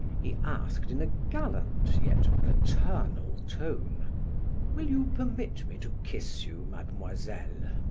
he asked in a gallant, yet paternal tone will you permit me to kiss you, mademoiselle?